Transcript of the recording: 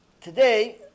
today